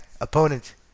opponent